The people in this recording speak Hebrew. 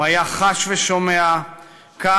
הוא היה חש ושומע כעס,